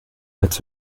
als